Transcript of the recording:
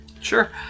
Sure